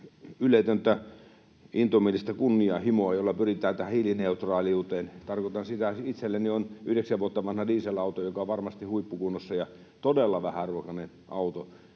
yletöntä intomielistä kunnianhimoa, jolla pyritään tähän hiilineutraaliuteen. Tarkoitan sitä, että itselläni on yhdeksän vuotta vanha dieselauto, joka on varmasti huippukunnossa ja todella vähäruokainen auto,